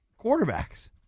quarterbacks